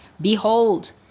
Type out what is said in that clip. behold